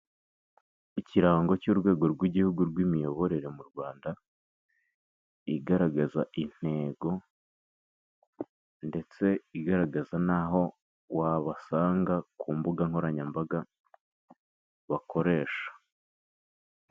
Ikirango cy'Urwego rw'Igihugu rw'Imiyoborere mu Rwanda, igaragaza intego ndetse igaragaza n'aho wabasanga ku mbuga nkoranyambaga bakoresha.